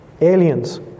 Aliens